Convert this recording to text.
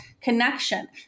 connection